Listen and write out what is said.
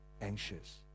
anxious